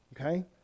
okay